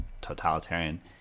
totalitarian –